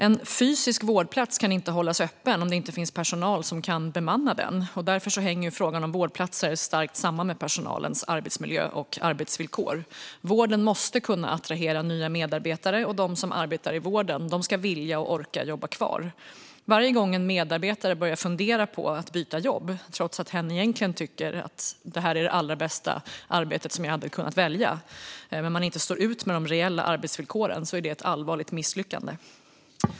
En fysisk vårdplats kan inte hållas öppen om det inte finns personal som kan bemanna den. Därför hänger frågan om vårdplatser starkt samman med personalens arbetsmiljö och arbetsvillkor. Vården måste kunna attrahera nya medarbetare, och de som arbetar i vården ska vilja och orka jobba kvar. Varje gång en medarbetare börjar fundera på att byta jobb trots att hen egentligen tycker att det här är det allra bästa arbetet som hen hade kunnat välja eftersom hen inte står ut med de reella arbetsvillkoren är det ett allvarligt misslyckande.